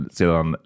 sedan